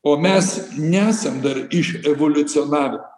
o mes nesam dar iševoliucionavę